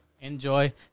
Enjoy